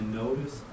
notice